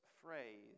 phrase